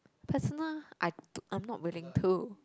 personal I too~ I'm not willing too